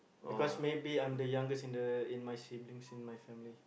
because maybe I'm the youngest in the in my siblings in my family